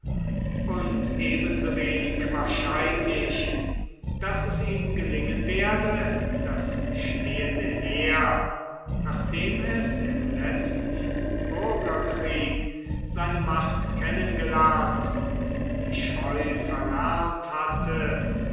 und ebensowenig wahrscheinlich daß es ihm gelingen werde das stehende heer nachdem es im letzten bürgerkrieg seine macht kennengelernt und die scheu verlernt hatte